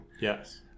Yes